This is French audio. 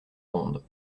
ronde